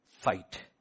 fight